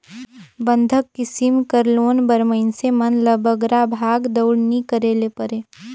बंधक किसिम कर लोन बर मइनसे मन ल बगरा भागदउड़ नी करे ले परे